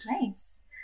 nice